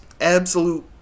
absolute